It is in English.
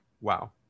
wow